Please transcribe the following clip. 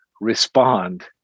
respond